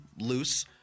loose